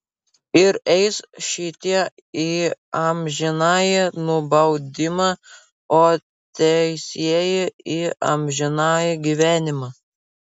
ir eis šitie į amžinąjį nubaudimą o teisieji į amžinąjį gyvenimą